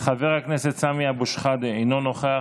חבר הכנסת סמי אבו שחאדה, אינו נוכח.